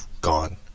gone